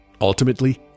Ultimately